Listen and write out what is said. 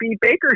Baker